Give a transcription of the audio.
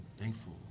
thankful